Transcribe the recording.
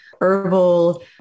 herbal